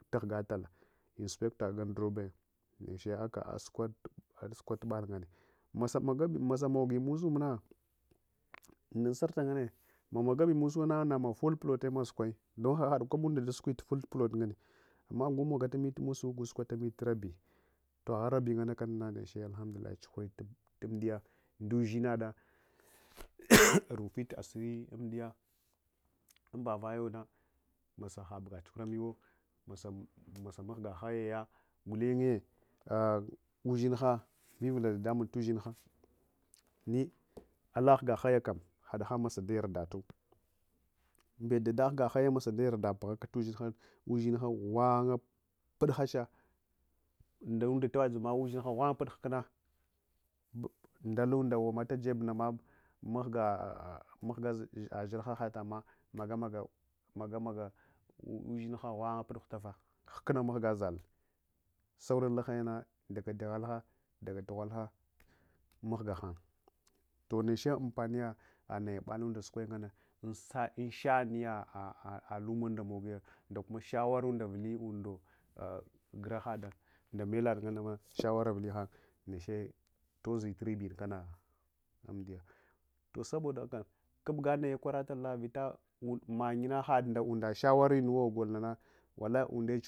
Inspectowa gandurobaya neche aka ashe a tubal nganna masa mugi musumuna ansarta nganne, mamagabi musuwuna mamama full plote sukwaya ɗun aha kwaba madaskwi full plot nganne amma nagu magatami musu nagu sukwatami rabi toh. Agha rabi ngannena neche alhamdulillahi tsuhuri umƌiya nɗushinaɗa rufit asiri amɗdiya amba vayuna masaha buga ɗsuhuramiwo masa mahga hayaya ngulenye ushinha vivula ɗaɗamun tu’ushinha ni ala huga hayakam mahahanɗa yarɗatu. Mbet ɗaɗa huga hayem bet aɗa yarɗata buhaka ushinha ghwanga-pud hasha nɗa’ unɗa tewaɗzuvma ghuwanga pud hukunna mahga zalle sauran lahayana nɗaga kyahalha nɗaga ɗaghulha mahgahan toh neche ampaniya naya bala sukwai anshaniya luma mugi yo ndakuma shawara vuli unɗo, gurahaɗa nɗakuma melaɗa ngannama shawara vuli hangye neche tozi ribin kana amdiya. Toh sabida haka habganaye kwaratal na vita manyuna vita haɗunda shawari nuwo golnana walahi unde chuh.